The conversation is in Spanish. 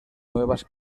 nuevas